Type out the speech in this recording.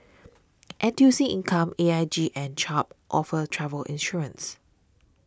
N T U C Income A I G and Chubb offer travel insurance